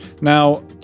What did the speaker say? Now